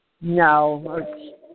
No